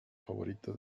favorita